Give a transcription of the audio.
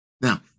Now